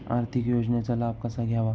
आर्थिक योजनांचा लाभ कसा घ्यावा?